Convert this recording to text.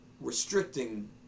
restricting